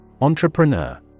Entrepreneur